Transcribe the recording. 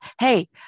hey